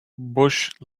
bush